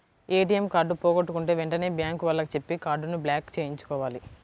ATM card పోగొట్టుకుంటే వెంటనే bank వాళ్లకి చెప్పి కార్డుని బ్లాక్ చేయించుకోవాలి